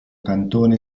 cantone